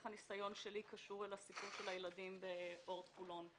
איך הניסיון שלי קשור לסיפור של הילדים באורט חולון.